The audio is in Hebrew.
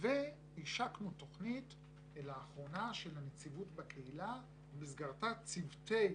ולאחרונה השקנו תכנית של הנציבות בקהילה במסגרתה צוותי